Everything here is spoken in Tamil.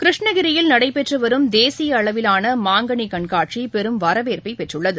கிருஷ்ணகிரியில் நடைபெற்று வரும் தேசிய அளவிலான மாங்கனி கண்காட்சி பெரும் வரவேற்ப்பை பெற்றுள்ளது